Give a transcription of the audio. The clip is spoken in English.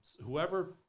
whoever